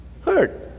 hurt